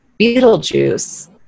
Beetlejuice